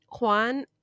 Juan